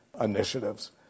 initiatives